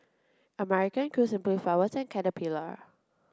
American Crew Simply Flowers and Caterpillar